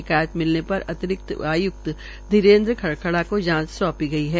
शिकायत मिलने पर अतिरिक्त आयुक्त धरीरेन्द्र खरखड़ा को जांच सौंपी है